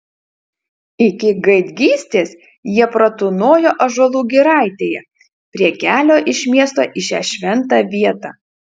iki gaidgystės jie pratūnojo ąžuolų giraitėje prie kelio iš miesto į šią šventą vietą